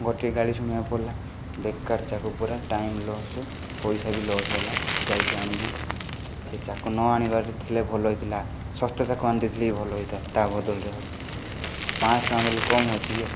ମୋତେ ଟିକିଏ ଗାଳି ଶୁଣିବାକୁ ପଡ଼ିଲା ବେକାର ଚାକୁ ପୁରା ଟାଇମ୍ ଲସ୍ ପଇସା ବି ଲସ୍ ହେଲା ଯାଇକି ଆଣିକି ସେ ଚାକୁ ନ ଆଣିବାର ଥିଲେ ଭଲ ହେଇଥିଲା ଶସ୍ତା ଚାକୁ ଆଣି ଦେଇଥିଲେ ହି ଭଲ ହେଇଥାନ୍ତା ତା' ବଦଳରେ ଆହୁରି ପାଞ୍ଚଶହ ଟଙ୍କା ବୋଲେ କମ୍ ଅଛି କେ